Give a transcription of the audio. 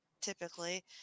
typically